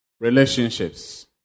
relationships